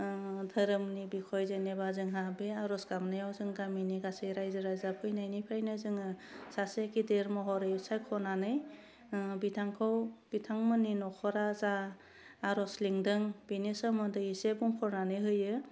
धोरोमनि बिखय जेनेबा जोंहा बे आरज गाबनायाव जों गामिनि गासै रायजो राजा फैनायनिफायनो जोङो सासे गेदेर महरै सायख'नानै बिथांखौ बिथांमोननि नखरा जा आरज लिंदों बेनि सोमोन्दैसो बुंफोरमनानै होयो